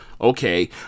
Okay